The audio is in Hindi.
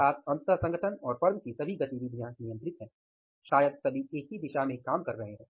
अर्थात अंततः संगठन और फर्म की सभी गतिविधियाँ नियंत्रित हैं शायद सभी एक ही दिशा में काम कर रहे है